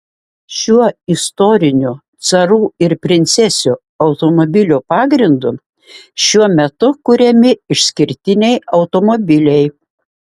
šiuo istoriniu carų ir princesių automobilių pagrindu šiuo metu kuriami išskirtiniai automobiliai